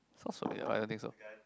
sounds so weird I don't think so